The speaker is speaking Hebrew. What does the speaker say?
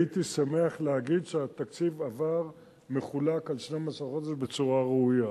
הייתי שמח לומר שהתקציב עבר מחולק על 12 חודשים בצורה ראויה.